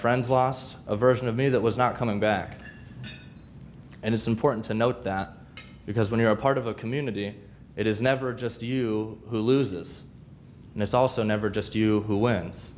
friends lost a version of me that was not coming back and it's important to note that because when you're a part of a community it is never just you who loses and it's also never just you who wins